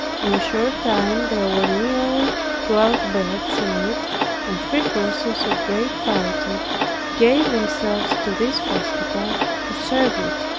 in a short time there were nearly twelve beds in it and three persons of great piety gave themselves to this hospital to serve it,